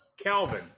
Calvin